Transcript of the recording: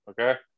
Okay